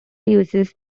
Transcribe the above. uses